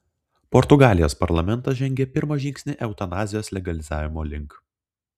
portugalijos parlamentas žengė pirmą žingsnį eutanazijos legalizavimo link